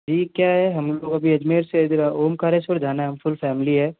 जी क्या है हम लोग अभी अजमेर से ज़रा ओंकारेश्वर जाना है हम फुल फ़ैमिली है